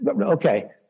Okay